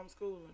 homeschooling